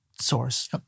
source